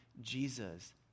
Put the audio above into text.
Jesus